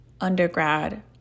undergrad